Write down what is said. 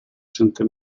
sente